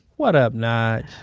whaddup, nyge?